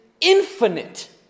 infinite